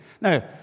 Now